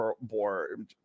board